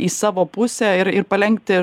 į savo pusę ir ir palenkti